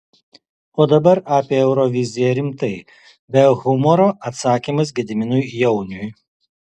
o dabar apie euroviziją rimtai be humoro atsakymas gediminui jauniui